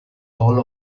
hall